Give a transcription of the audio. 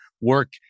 work